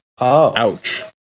Ouch